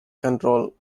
control